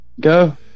go